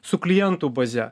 su klientų baze